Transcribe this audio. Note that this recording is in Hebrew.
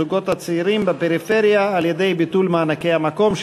ובזוגות הצעירים בפריפריה על-ידי ביטול מענקי המקום,